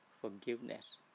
forgiveness